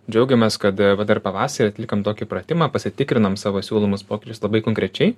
džiaugiamės kad dar pavasarį atlikom tokį pratimą pasitikrinom savo siūlomus pokyčius labai konkrečiai